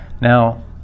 Now